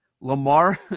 Lamar